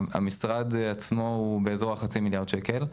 המשרד עצמו הוא חצי מיליארד שקל.